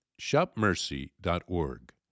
shopmercy.org